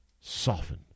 soften